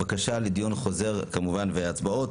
בקשה לדיון חוזר כמובן והצבעות.